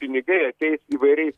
pinigai ateis įvairiais